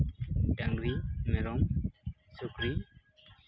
ᱰᱟᱝᱨᱤ ᱢᱮᱨᱚᱢ ᱥᱩᱠᱨᱤ